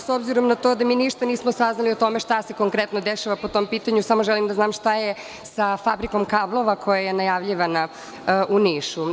S obzirom na to da mi ništa nismo saznali o tome šta se konkretno dešava po tom pitanju, samo želim da znam šta je sa Fabrikom kablova koja je najavljivana u Nišu.